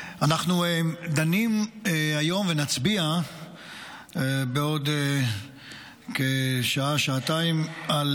אנחנו דנים היום ונצביע בעוד כשעה-שעתיים על